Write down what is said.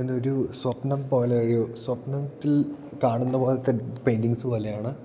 എന്ന ഒരു സ്വപ്നം പോലെ ഒരു സ്വപ്നത്തിൽ കാണുന്ന പോലത്തെ പെയിൻറ്ററിങ്സ് പോലെയാണ്